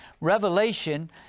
Revelation